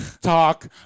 talk